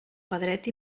pedret